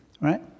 right